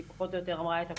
היא פחות או יותר אמרה את הכול.